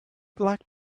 black